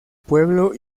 pueblo